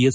S